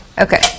Okay